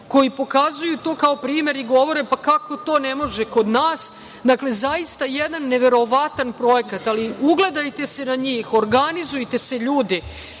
koji pokazuju to kao primer i govore - pa kako to ne može kod nas. Dakle, zaista jedan neverovatan projekat, ali ugledajte se na njih, organizujte se, ljudi,